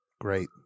Great